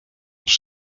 els